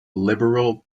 liberal